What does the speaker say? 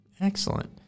Excellent